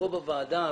כאן בוועדה,